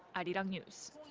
arirang news.